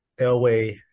Elway